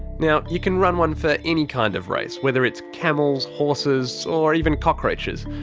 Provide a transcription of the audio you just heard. now, you can run one for any kind of race, whether it's camels, horses, or even cockroaches.